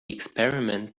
experiment